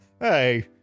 Hey